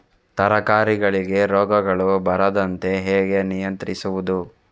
ತರಕಾರಿಗಳಿಗೆ ರೋಗಗಳು ಬರದಂತೆ ಹೇಗೆ ನಿಯಂತ್ರಿಸುವುದು?